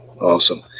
Awesome